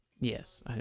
Yes